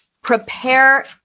prepare